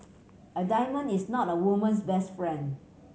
a diamond is not a woman's best friend